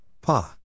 Pa